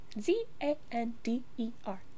Z-A-N-D-E-R